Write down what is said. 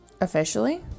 officially